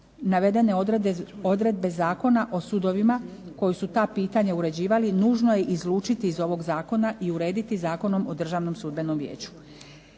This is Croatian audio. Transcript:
navedene odredbe Zakona o sudovima koji su ta pitanja uređivali nužno je izlučiti iz ovog zakona i urediti Zakonom o Državnom sudbenom vijeću.